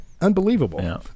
Unbelievable